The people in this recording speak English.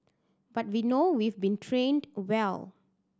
but we know we've been trained well